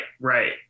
right